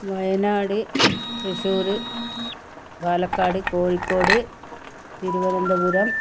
Wayanad Thrissur Palakkad Kozhikode Thiruvananthapuram